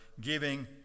giving